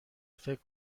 فکر